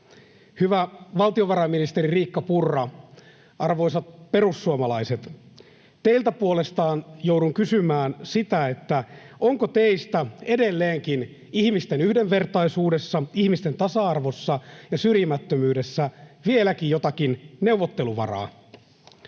Hyvä valtiovarainministeri Riikka Purra, arvoisat perussuomalaiset, teiltä puolestani joudun kysymään sitä, onko teistä ihmisten yhdenvertaisuudessa, ihmisten tasa-arvossa ja syrjimättömyydessä vieläkin jotakin neuvotteluvaraa.